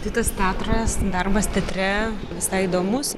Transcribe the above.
tai tas teatras darbas teatre visai įdomus